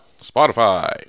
Spotify